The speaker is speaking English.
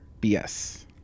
BS